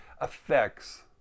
affects